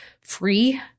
free